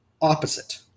opposite